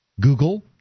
Google